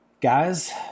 Guys